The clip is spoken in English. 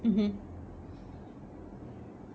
mmhmm